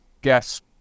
guess